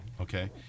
Okay